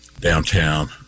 downtown